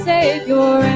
Savior